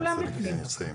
כולם בפנים,